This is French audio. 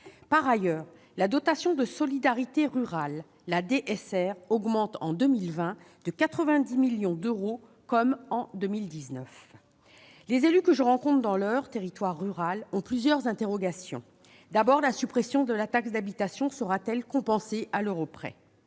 Par ailleurs, la dotation de solidarité rurale (DSR) augmente en 2020 de 90 millions d'euros, comme en 2019. Les élus que je rencontre dans l'Eure- un territoire rural -se posent toutefois les questions suivantes. Tout d'abord, la suppression de la taxe d'habitation sera-t-elle compensée à l'euro près ?